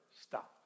stop